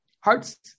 hearts